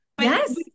Yes